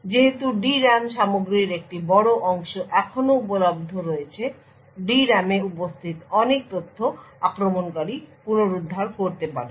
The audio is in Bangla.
যেহেতু D RAM সামগ্রীর একটি বড় অংশ এখনও উপলব্ধ রয়েছে D RAM এ উপস্থিত অনেক তথ্য আক্রমণকারী পুনরুদ্ধার করতে পারে